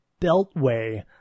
Beltway